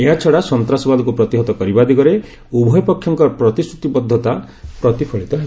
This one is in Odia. ଏହାଛଡା ସନ୍ତାସବାଦକୁ ପ୍ରତିହତ କରିବା ଦିଗରେ ଉଭୟପକ୍ଷଙ୍କ ପ୍ରତିଶ୍ରତିବଦ୍ଧତା ପ୍ରତିଫଳିତ ହେବ